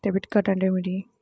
Debit card అంటే ఏమిటి?